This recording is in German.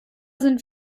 sind